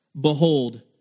Behold